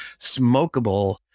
smokable